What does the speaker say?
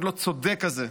מאוד לא צודק הזה,